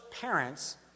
parents